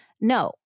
No